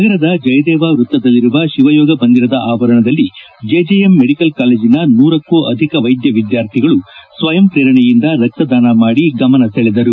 ನಗರದ ಜಯದೇವ ವೃತ್ತದಲ್ಲಿರುವ ಶಿವಯೋಗ ಮಂದಿರದ ಆವರಣದಲ್ಲಿ ಜೆಜೆಎಂ ಮೆಡಿಕಲ್ ಕಾಲೇಜನ ನೂರಕ್ಕೂ ಅಧಿಕ ವೈದ್ಯ ವಿದ್ಯಾರ್ಥಿಗಳು ಸ್ವಯಂ ಪ್ರೇರಣೆಯಿಂದ ರಕ್ತದಾನ ಮಾಡಿ ಗಮನ ಸೆಳೆದರು